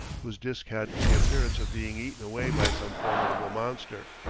whose disc had the appearance of being eaten away by some formidable monster.